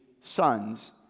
sons